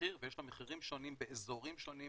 המחיר ויש לו מחירים שונים באזורים שונים,